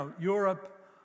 Europe